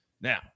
Now